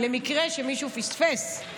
למקרה שמישהו פספס,